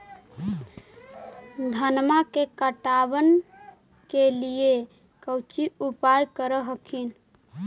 धनमा के पटबन के लिये कौची उपाय कर हखिन?